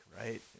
right